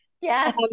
Yes